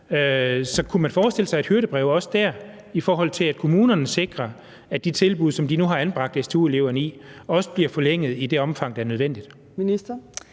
Så kunne man forestille sig et hyrdebrev også dér, i forhold til at kommunerne sikrer, at de tilbud, som de nu har anbragt stu-eleverne i, også bliver forlænget i det omfang, der er nødvendigt?